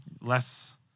less-